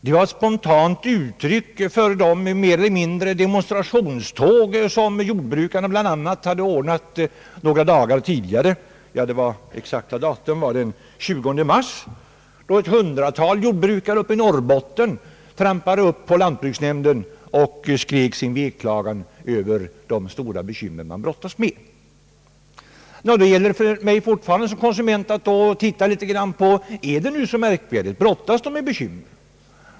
Det var ett spontant uttryck och en mer eller mindre demonstrationsartad uppvaktning som jordbrukarna hade anordnat några dagar tidigare, den 20 mars, då ett hundratal jordbrukare från Norrbotten trampade upp till lantbruksnämnden och skrek ut sin veklagan över alla stora bekymmer de brottas med. Det gäller för mig fortfarande som konsument att titta på frågan: Är det så märkvärdigt, brottas de med mekymmer?